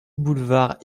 boulevard